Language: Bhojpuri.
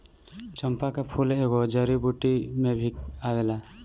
चंपा के फूल एगो जड़ी बूटी में भी आवेला